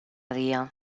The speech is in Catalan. dia